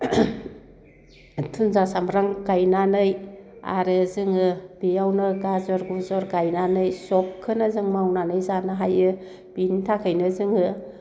थुनजिया सामब्राम गायनानै आरो जोङो बेयावनो गाजर गुजर गायनानै सबखोनो जों मावनानै जानो हायो बिनि थाखायनो जोङो